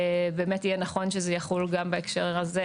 יהיה נכון שזה יחול גם בהקשר הזה,